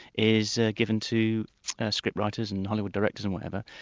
is ah given to scriptwriters and hollywood directors and whatever,